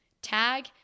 Tag